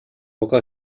poca